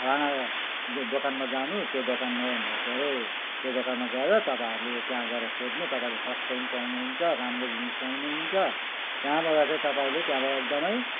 फलाना दोकानमा जानु त्यो दोकानमा के अरे त्यो दोकानमा गएर तपाईँहरूले त्यहाँ गएर सोध्नु तपाईँहरूले सस्तो पनि पाउनुहुन्छ राम्रो जिनिस पाउनुहुन्छ त्यहाबड चाहिँ तपाईँले त्यहाँबाट एकदमै